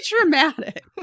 dramatic